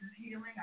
healing